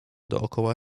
dokoła